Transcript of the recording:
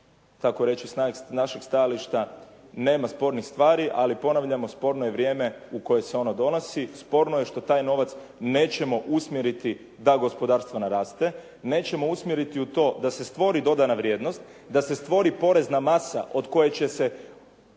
kako reći s našeg stajališta nema spornih stvari, ali ponavljamo sporno je vrijeme u koje se ono donosi, sporno je što taj novac nećemo usmjeriti da gospodarstvo naraste, nećemo usmjeriti u to da se stvori dodana vrijednost, da se stvori porezna masa od koje će se